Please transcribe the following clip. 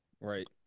Right